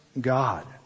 God